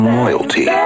loyalty